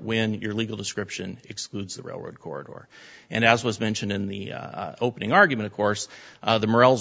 when your legal description excludes the railroad court or and as was mentioned in the opening argument of course the morels